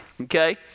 Okay